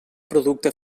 producte